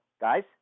guys